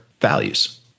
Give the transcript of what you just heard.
values